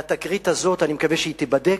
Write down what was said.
והתקרית הזאת, אני מקווה שהיא תיבדק,